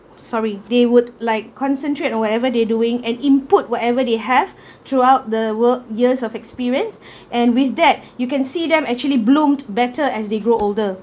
sorry they would like concentrate or whatever they doing and input whatever they have throughout the world years of experience and with that you can see them actually bloomed better as they grow older